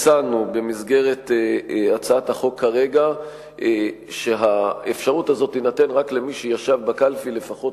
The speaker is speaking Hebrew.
הצענו בהצעת החוק כרגע שהאפשרות הזאת תינתן רק למי שישב בקלפי לפחות